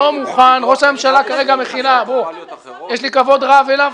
ראש הממשלה כרגע, מחילה, יש לי כבוד רב אליו.